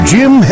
Jim